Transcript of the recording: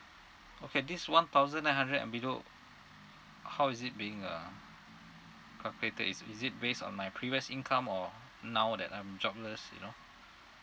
okay this one thousand nine hundred and below how is it being uh calculated is is it based on my previous income or now that I'm jobless you know